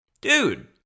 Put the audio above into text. dude